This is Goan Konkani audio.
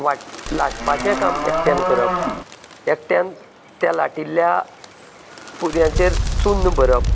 वाट लाटपाचें काम एकट्यान करप एकट्यान त्या लाटिल्या पुरयांचेर चुन्न भरप